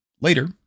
Later